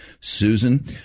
Susan